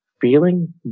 feeling